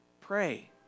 Pray